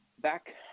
back